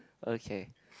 okay